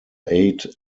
eight